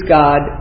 god